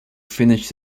finished